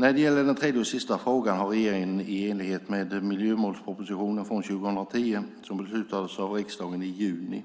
När det gäller den tredje och sista frågan har regeringen, i enlighet med miljömålspropositionen från 2010 som beslutades av riksdagen i juni